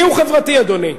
מיהו חברתי, אדוני?